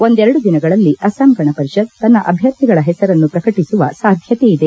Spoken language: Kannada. ಒಂದೆರಡು ದಿನಗಳಲ್ಲಿ ಅಸ್ಲಾಂ ಗಣ ಪರಿಷತ್ ತನ್ನ ಅಭ್ಯರ್ಥಿಗಳ ಹೆಸರನ್ನು ಪ್ರಕಟಿಸುವ ಸಾಧ್ಯತೆಯಿದೆ